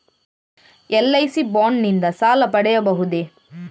LIC bond ನಿಂದ ಸಾಲ ಪಡೆಯಬಹುದೇ?